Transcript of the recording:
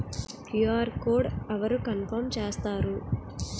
QR code అవరు confirm చేస్తారు?